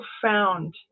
profound